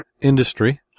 industry